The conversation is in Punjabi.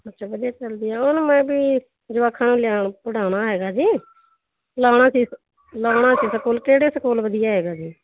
ਅੱਛਾ ਵਧੀਆ ਚੱਲਦੀ ਆ ਹੁਣ ਮੈਂ ਵੀ ਜਵਾਕਾਂ ਨੂੰ ਲਿਆ ਪੜ੍ਹਾਉਣਾ ਹੈਗਾ ਜੀ ਲਾਉਣਾ ਸੀ ਲਾਉਣਾ ਸੀ ਸਕੂਲ ਕਿਹੜੇ ਸਕੂਲ ਵਧੀਆ ਹੈਗਾ ਜੀ